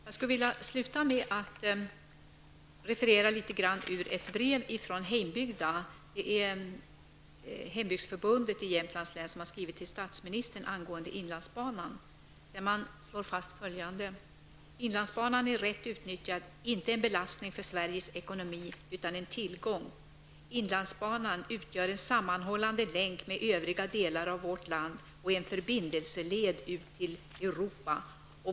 Jag skulle vilja sluta med att referera litet grand ur ett brev ifrån Heimbygda, hembygdsförbundet för Jämtlands län, som har skrivit till statsministern angående inlandsbanan. Man slår fast följande: Sveriges ekonomi utan en tillgång.'' Inlandsbanan utgör en sammanhållande länk med övriga delar av vårt land och är en förbindelseled ut till Europa.